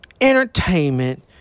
entertainment